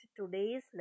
today's